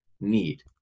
need